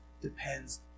depends